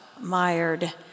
mired